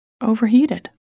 overheated